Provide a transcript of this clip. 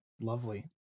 Lovely